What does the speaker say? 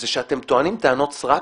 זה שאתם טוענים טענות סרק